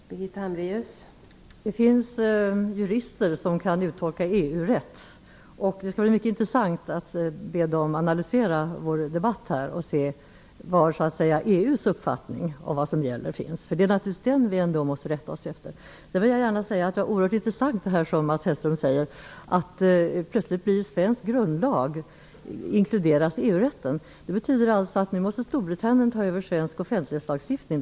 Fru talman! Det finns jurister som kan uttolka EU rätt, och det skall bli mycket intressant att höra dem analysera vår debatt och att få reda på EU:s uppfattning om vad som gäller. Det är ändå den som vi måste rätta oss efter. Det är oerhört intressant att Mats Hellström nu plötsligt inkluderar svensk grundlag i EU-rätten. Det betyder alltså att Storbritannien nu måste ta över svensk offentlighetslagstiftning.